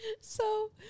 So-